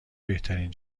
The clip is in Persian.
بهترین